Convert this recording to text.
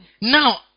Now